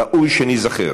ראוי שניזכר